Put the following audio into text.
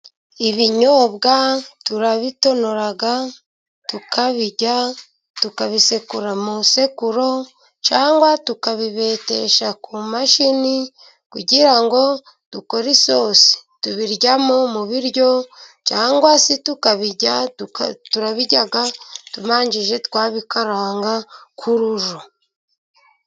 Ibinyobwa turabitonora tukabirya, tukabisekura mu sekuro cyangwa tukabibetesha ku mashini kugira ngo dukore isosi. Tubirya no mu biryo cyangwa se tukabirya tumanje twabikaranga ku rujo.